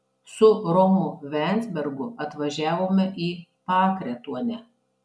su romu venzbergu atvažiavome į pakretuonę